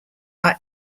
are